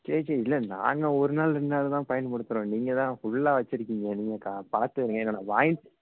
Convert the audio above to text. சரி சரி இல்லை நாங்கள் ஒரு நாள் ரெண்டு நாள் தான் பயன்படுத்துகிறோம் நீங்கள்தான் ஃபுல்லாக வைச்சுருக்கீங்க நீங்கள் பழத்தை நான் வாங்கி